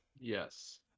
Yes